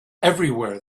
everywhere